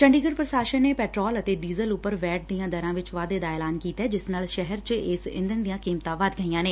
ਚੰਡੀਗੜ ਪ੍ਰਸ਼ਾਸਨ ਨੇ ਪੈਟਰੋਲ ਅਤੇ ਡੀਜ਼ਲ ਉਪਰ ਵੈਟ ਦੀਆਂ ਦਰਾਂ ਵਿਚ ਵਾਧੇ ਦਾ ਐਲਾਨ ਕੀਤੇ ਜਿਸ ਨਾਲ ਸ਼ਹਿਰ ਚ ਇਸ ਈਧਣ ਦੀਆਂ ਕੀਮਤਾਂ ਵਧ ਗਈਆਂ ਨੇ